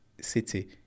city